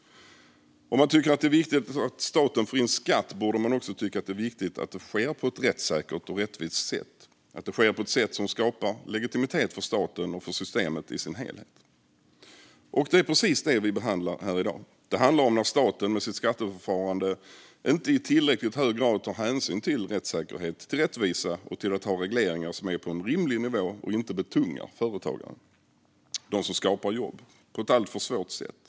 Om man tycker att det är viktigt att staten får in skatt borde man också tycka att det är viktigt att det sker på ett rättssäkert och rättvist sätt, på ett sätt som skapar legitimitet för staten och för systemet i sin helhet. Det är precis det vi behandlar här i dag. Det handlar om när staten med sitt skatteförfarande inte i tillräckligt hög grad tar hänsyn till rättssäkerhet, till rättvisa och till att ha regleringar som är på en rimlig nivå och inte betungar företagare, de som skapar jobb, på ett alltför svårt sätt.